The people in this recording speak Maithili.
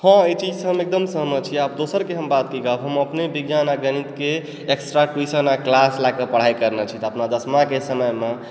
हँ ई चीजसँ हम एकदम सहमत छी दोसरके हम बात की कहब हम अपने विज्ञान आ गणितके एक्स्ट्रा ट्युशन आ क्लास लए कऽ पढ़ाई करने छी नवमा दशमाके समयमे